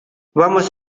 vamos